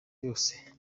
yose